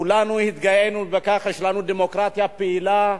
כולנו התגאינו בכך שיש לנו דמוקרטיה פעילה,